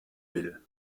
will